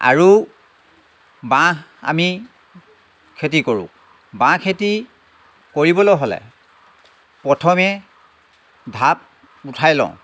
আৰু বাঁহ আমি খেতি কৰোঁ বাঁহ খেতি কৰিবলৈ হ'লে প্ৰথমে ঢাপ উঠাই লওঁ